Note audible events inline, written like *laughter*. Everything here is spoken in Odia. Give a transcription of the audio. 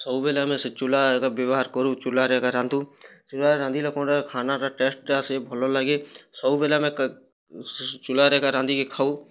ସବୁବେଲେ ଆମେ ସେ ଚୁଲା ବ୍ୟବହାର କରୁ ଚୁଲାରେ ଏକା ରାନ୍ଧୁ ଚୁଲାରେ ରାନ୍ଧିଲେ *unintelligible* ଖାନା ଟା ଟେଷ୍ଟ୍ ଆସେ ଭଲ ଲାଗେ ସବୁବେଲେ ଆମେ ଚୁଲା ରେ ଏକା ରାନ୍ଧିକି ଖାଉ